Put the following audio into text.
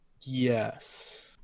yes